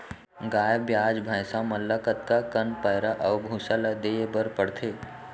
गाय ब्याज भैसा मन ल कतका कन पैरा अऊ भूसा ल देये बर पढ़थे?